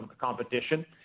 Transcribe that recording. competition